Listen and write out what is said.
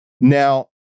Now